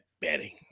betting